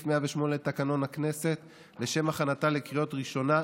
108 לתקנון הכנסת לשם הכנתה לקריאות ראשונה,